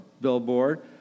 billboard